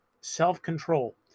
self-control